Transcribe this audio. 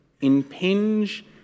impinge